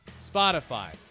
Spotify